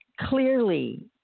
clearly